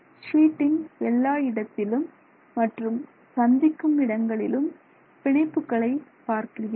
ஷீட்டின் எல்லா இடத்திலும் மற்றும் சந்திக்கும் இடங்களிலும் பிணைப்புகளை பார்க்கிறீர்கள்